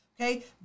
Okay